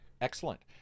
excellent